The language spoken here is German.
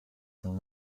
von